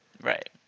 Right